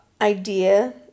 idea